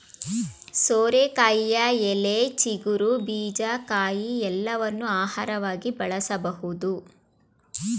ಸೋರೆಕಾಯಿಯ ಎಲೆ, ಚಿಗುರು, ಬೀಜ, ಕಾಯಿ ಎಲ್ಲವನ್ನೂ ಆಹಾರವಾಗಿ ಬಳಸಬೋದು